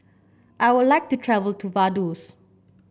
I would like to travel to Vaduz